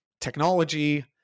technology